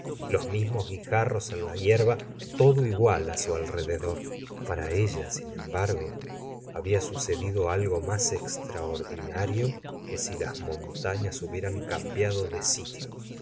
los mismos guijarros en las hierba todo igual su alrededor para ella sin embargo había sucedido algo más extraordinario que si las montañas hubieran cambiado de sitio